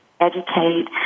educate